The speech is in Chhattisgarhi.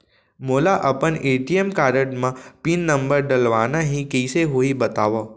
मोला अपन ए.टी.एम कारड म पिन नंबर डलवाना हे कइसे होही बतावव?